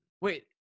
wait